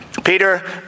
Peter